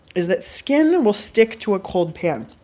is that skin and will stick to a cold pan.